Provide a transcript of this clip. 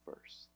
first